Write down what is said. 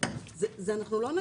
אנחנו לא נצליח בזה.